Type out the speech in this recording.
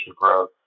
growth